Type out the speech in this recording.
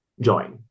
join